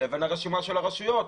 לבין הרשימה של הרשויות.